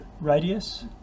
radius